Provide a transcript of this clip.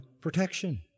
protection